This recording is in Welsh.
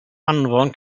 anfon